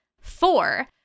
four